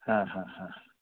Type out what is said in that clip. हां हां हां